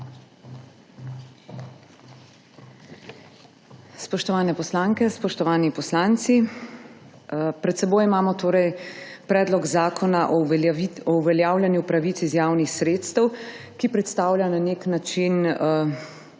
Spoštovane poslanke, spoštovani poslanci! Pred seboj imamo torej Predlog zakona o uveljavljanju pravic iz javnih sredstev, ki predstavlja na nek način